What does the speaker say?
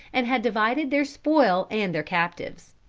and had divided their spoil and their captives.